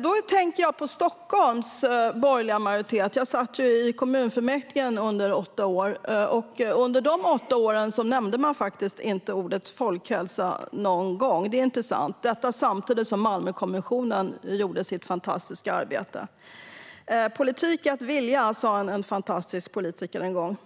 Då tänker jag på Stockholms borgerliga majoritet. Jag satt ju i kommunfullmäktige under åtta år, och det är intressant att under de åtta åren nämnde man faktiskt inte ordet folkhälsa någon gång, detta samtidigt som Malmökommissionen gjorde sitt fantastiska arbete. Politik är att vilja, sa en fantastisk politiker en gång.